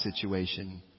situation